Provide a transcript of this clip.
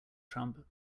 trump